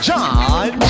John